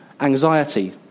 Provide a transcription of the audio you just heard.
anxiety